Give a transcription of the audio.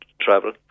travel